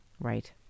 right